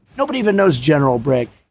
nobody even knows general bragg.